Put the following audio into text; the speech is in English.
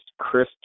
Chris